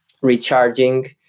recharging